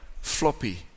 floppy